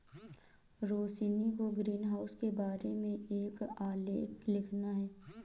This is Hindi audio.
रोशिनी को ग्रीनहाउस के बारे में एक आलेख लिखना है